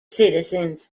citizens